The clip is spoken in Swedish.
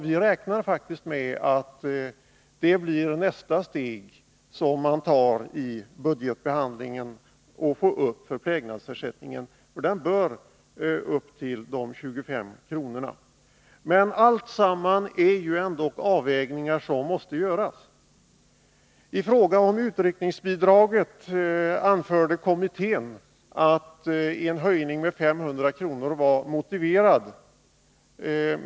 Vi räknar faktiskt med att det blir nästa steg i budgetbehandlingen att få upp förplägnadsersättningen. Den bör höjas till 25 kr. Men på alla punkter måste ändå avvägningar göras. I fråga om utryckningsbidraget anförde kommittén att en höjning med 500 kr. var motiverad.